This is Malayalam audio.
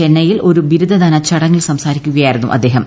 ചെന്നൈയിൽ ഒരു ബിരുദദാന ചടങ്ങിൽ സംസാരിക്കുകയായിരുന്നു അദ്ദേഹം